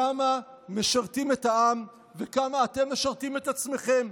כמה משרתים את העם וכמה אתם משרתים את עצמכם?